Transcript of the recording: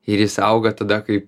ir jis auga tada kai